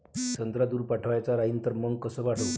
संत्रा दूर पाठवायचा राहिन तर मंग कस पाठवू?